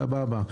סבבה,